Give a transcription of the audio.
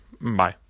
Bye